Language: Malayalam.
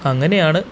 അങ്ങനെയാണ്